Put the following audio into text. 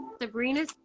Sabrina